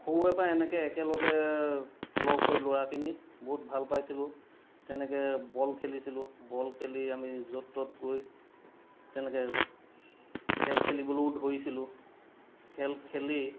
সৰুৰেপৰা এনেকৈ একেলগে লগ হৈ ল'ৰাখিনি বহুত ভাল পাইছিলোঁ তেনেকৈ বল খেলিছিলোঁ বল খেলি আমি য'ত ত'ত গৈ তেনেকৈ খেল খেলিবলৈও ধৰিছিলোঁ খেল খেলি